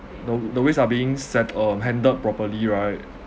the the waste are being set~ um handled properly right